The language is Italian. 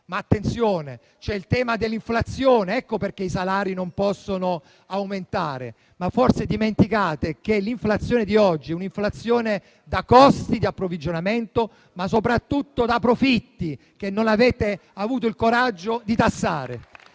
Attenzione, però: c'è il tema dell'inflazione, ecco perché i salari non possono aumentare. Forse dimenticate che quella di oggi è un'inflazione da costi di approvvigionamento, ma soprattutto da profitti che non avete avuto il coraggio di tassare.